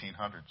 1800s